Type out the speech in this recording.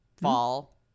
fall